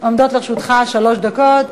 עומדות לרשותך שלוש דקות.